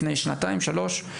לפני שנתיים-שלוש.